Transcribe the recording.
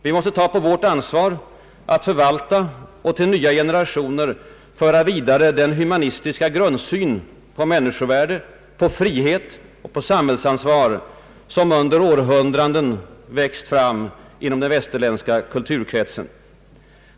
Vi måste ta på vårt ansvar att förvalta och till nya generationer föra vidare den humanistiska grundsyn på människovärde, på frihet och på samhällsansvar som under århundraden växt fram inom den västerländska kulturkretsen.